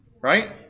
Right